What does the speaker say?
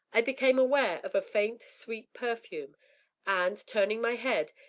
i became aware of a faint, sweet perfume and, turning my head,